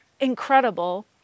incredible